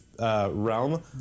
realm